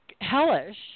hellish